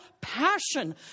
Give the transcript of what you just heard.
passion